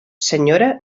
senyora